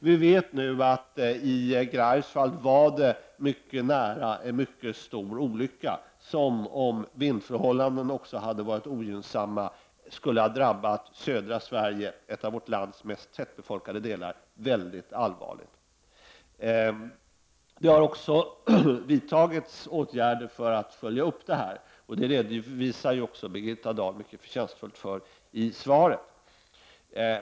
Vi vet nu att det var mycket nära att en stor olycka inträffade i Greifswald, och om vindförhållandena då hade varit ogynnsamma skulle det ha drabbat södra Sverige, ett av vårt lands mest tättbefolkade områden, mycket allvarligt. Det har vidtagits åtgärder för att följa upp detta, och det redovisade också Birgitta Dahl förtjänstfullt i svaret.